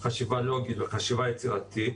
חשיבה לוגית וחשיבה יצירתית.